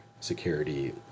security